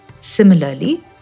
Similarly